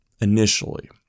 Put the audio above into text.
initially